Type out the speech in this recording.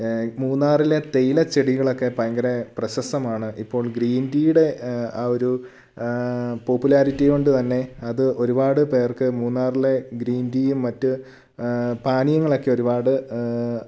മൂന്നാറിലെ തെയിലച്ചെടികളക്കെ ഭയങ്കര പ്രശസ്തമാണ് ഇപ്പോൾ ഗ്രീൻ ടീയുടെ ആ ഒരു പോപ്പുലാരിറ്റി കൊണ്ട് തന്നെ അത് ഒരുപാട് പേർക്ക് മൂന്നാറിലെ ഗ്രീൻ ടീയും മറ്റ് പാനീയങ്ങളക്കെ ഒരുപാട്